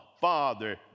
Father